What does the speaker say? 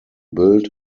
built